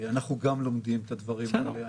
אנחנו גם לומדים את הדברים האלה.